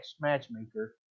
matchmaker